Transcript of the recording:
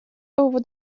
over